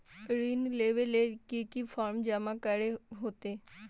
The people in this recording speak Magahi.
ऋण लेबे ले की की फॉर्म जमा करे होते?